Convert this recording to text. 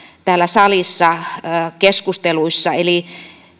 täällä salissa keskusteluissa eli